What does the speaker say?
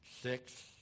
six